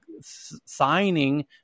signing